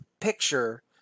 picture